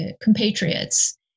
compatriots